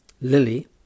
Lily